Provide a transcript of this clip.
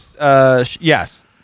yes